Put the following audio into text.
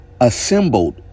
assembled